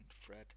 Fred